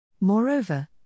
Moreover